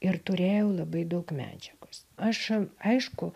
ir turėjau labai daug medžiagos aš aišku